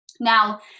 Now